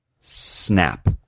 snap